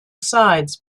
sides